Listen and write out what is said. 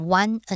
one